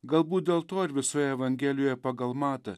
galbūt dėl to ir visoje evangelijoje pagal matą